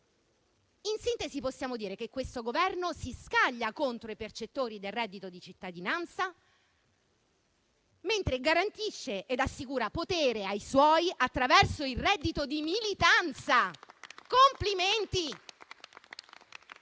In sintesi possiamo dire che questo Governo si scaglia contro i percettori del reddito di cittadinanza, mentre garantisce ed assicura potere ai suoi attraverso il reddito di militanza.